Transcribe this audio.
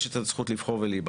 יש את הזכות לבחור ולהיבחר,